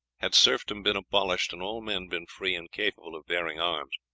had serfdom been abolished and all men been free and capable of bearing arms,